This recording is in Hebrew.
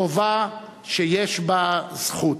חובה שיש בה זכות,